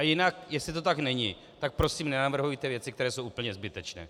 Jinak, jestli to tak není, tak prosím, nenavrhujte věci, které jsou úplně zbytečné.